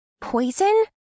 Poison